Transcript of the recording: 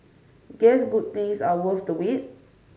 guess good things are worth the wait